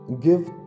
give